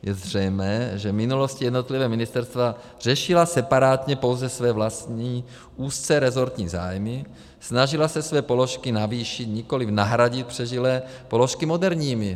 Je zřejmé, že v minulosti jednotlivá ministerstva řešila separátně pouze své vlastní, úzce resortní zájmy, snažila se své položky navýšit, nikoliv nahradit přežilé položky moderními.